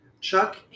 Chuck